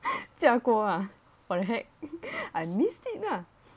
驾过 lah what the heck I missed it lah